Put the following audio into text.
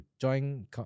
join